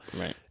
Right